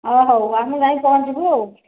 ଓ ହେଉ ଆମେ ଯାଇ ପହଞ୍ଚିବୁ ଆଉ